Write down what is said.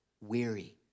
weary